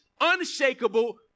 unshakable